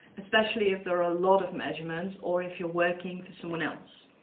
especially if there are a lot of measurements, or if you're working for someone else.